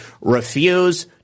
refuse